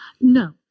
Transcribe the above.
No